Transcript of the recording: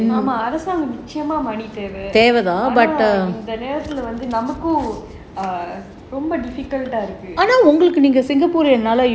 அரசாங்கத்துக்கு நிச்சயம் தேவை ஆனா இந்த நேரத்துல வந்து நமக்கும் இருக்கு:arasaangathuku nichayam thevai aanaa intha nerathula vanthu namakkum iruku